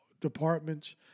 departments